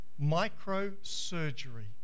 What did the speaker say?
micro-surgery